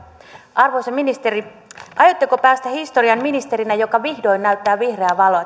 arvoisa ministeri aiotteko päästä historiaan ministerinä joka vihdoin näyttää vihreää valoa